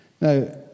Now